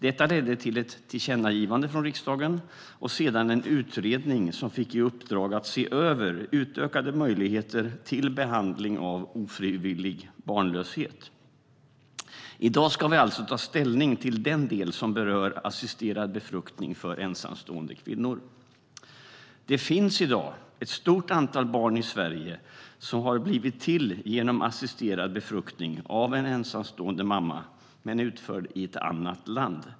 Detta ledde till ett tillkännagivande från riksdagen och sedan en utredning som fick i uppdrag att se över utökade möjligheter till behandling av ofrivillig barnlöshet. I dag ska vi alltså ta ställning till den del som berör assisterad befruktning för ensamstående kvinnor. Det finns i dag ett stort antal barn i Sverige som har blivit till genom assisterad befruktning av en ensamstående mamma som utförts i ett annat land.